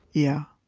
yeah